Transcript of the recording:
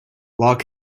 lock